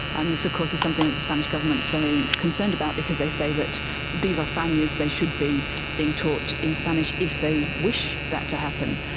and this of course is something that the spanish government is very concerned about because they say that these are spaniards, they should be being taught in spanish if they wish that to happen,